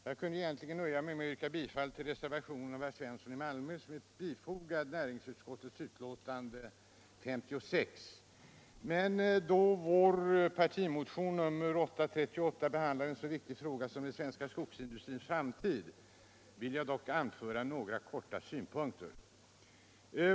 Jag kunde nöja mig med att yrka bifall till den reservation som herr Svensson i Malmö har fogat till näringsutskottets betänkande, men då vår partimotion nr 838 behandlar en så viktig fråga som den svenska skogsindustrins framtid vill jag i korthet anföra några synpunkter.